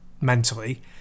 mentally